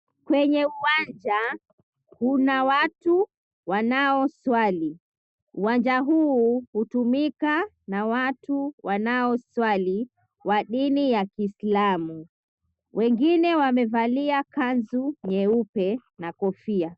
Kwenye uwanja kuna watu wanaoswali. Uwanja huu hutumika na watu wanaoswali wa dini ya kiislamu. Wengine wamevalia kanzu nyeupe na kofia.